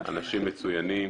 אנשים מצוינים